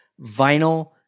vinyl